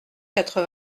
quatre